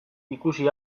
ikusi